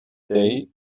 day